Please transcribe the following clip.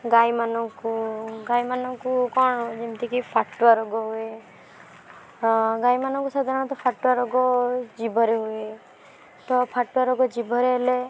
ଗାଈମାନଙ୍କୁ ଗାଈମାନଙ୍କୁ କ'ଣ ଯେମିତିକି ଫାଟୁଆ ରୋଗ ହୁଏ ଗାଈମାନଙ୍କୁ ସାଧାରଣତଃ ଫାଟୁଆ ରୋଗ ଜିଭରେ ହୁଏ ତ ଫାଟୁଆ ରୋଗ ଜିଭରେ ହେଲେ